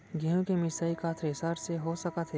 गेहूँ के मिसाई का थ्रेसर से हो सकत हे?